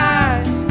eyes